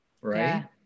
Right